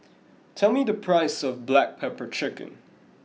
tell me the price of black pepper chicken